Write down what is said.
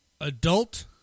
Adult